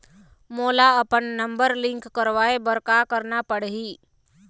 मोला अपन number link करवाये बर का करना पड़ही?